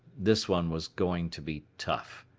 this one was going to be tough.